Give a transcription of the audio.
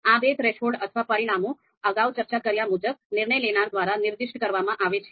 આ બે થ્રેશોલ્ડ અથવા પરિમાણો અગાઉ ચર્ચા કર્યા મુજબ નિર્ણય લેનાર દ્વારા નિર્દિષ્ટ કરવાના છે